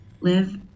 live